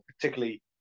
particularly